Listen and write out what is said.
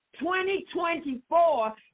2024